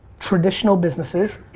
traditional businesses.